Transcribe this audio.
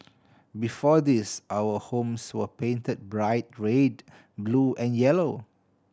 before this our homes were painted bright red blue and yellow